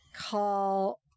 call